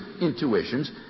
intuitions